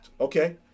okay